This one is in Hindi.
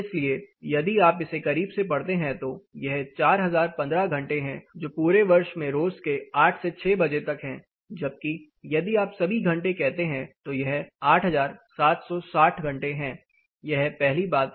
इसलिए यदि आप इसे करीब से पढ़ते हैं तो यह 4015 घंटे है जो पूरे वर्ष में रोज के 8 से 6 बजे तक है जबकि यदि आप सभी घंटे कहते तो यह 8760 घंटे है यह पहली बात है